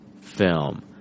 film